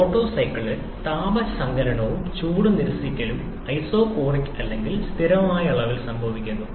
auto സൈക്കിളിൽ താപ സങ്കലനവും ചൂട് നിരസിക്കലും ഐസോകോറിക് അല്ലെങ്കിൽ സ്ഥിരമായ അളവിൽ സംഭവിക്കുന്നു